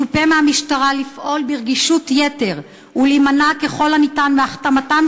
מצופה מהמשטרה לפעול ברגישות יתר ולהימנע ככל האפשר מהכתמתם